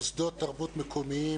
מוסדות תרבות מקומיים,